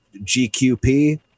gqp